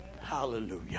Hallelujah